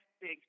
big